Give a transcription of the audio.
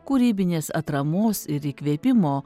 kūrybinės atramos ir įkvėpimo